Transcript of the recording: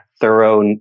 thorough